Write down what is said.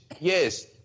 Yes